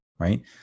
right